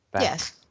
Yes